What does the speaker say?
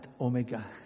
omega